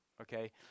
okay